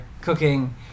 cooking